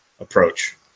approach